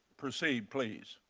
proceed, please.